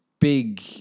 big